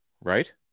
Right